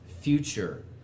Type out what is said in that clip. future